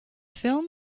film